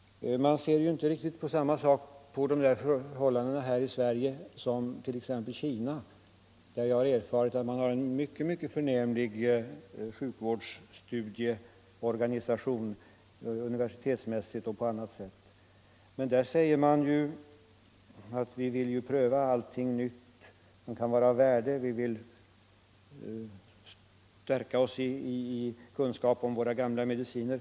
Man ser ju inte riktigt på samma sätt på dessa förhållanden i Sverige som i t.ex. Kina, där jag har erfarit att man har en mycket förnämlig sjukvårdsstudieorganisation, universitetsmässigt och på annat sätt. Där säger man: Vi vill pröva allt nytt som kan vara av värde, vi vill stärka vår kunskap om såväl nya som gamla mediciner.